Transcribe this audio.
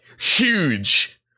huge